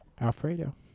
Alfredo